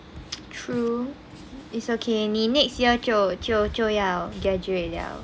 true it's okay 你 next year 就就就要 graduate liao